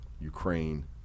Ukraine